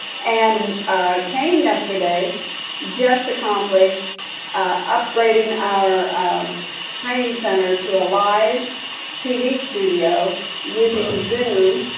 and cain yesterday just accomplished upgrading our training center to a live tv studio using zoom,